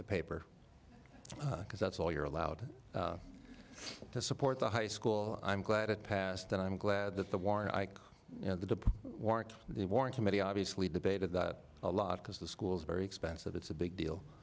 the paper because that's all you're allowed to support the high school i'm glad it passed and i'm glad that the war and i you know the warrant the warrant committee obviously debated a lot because the school's very expensive it's a big deal